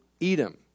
Edom